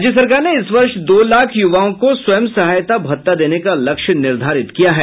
राज्य सरकार ने इस वर्ष दो लाख युवाओं को स्वयं सहायता भत्ता देने का लक्ष्य निर्धारित किया है